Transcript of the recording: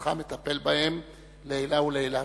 ומשרדך מטפל בהם לעילא ולעילא.